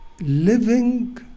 living